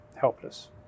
helpless